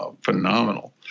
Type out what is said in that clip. phenomenal